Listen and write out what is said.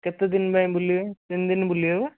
କେତେଦିନ ପାଇଁ ବୁଲିବେ ତିନିଦିନ ବୁଲିବେ ବା